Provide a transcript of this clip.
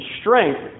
strength